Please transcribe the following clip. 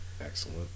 Excellent